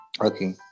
Okay